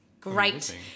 great